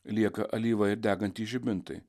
lieka alyva ir degantys žibintai